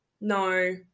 No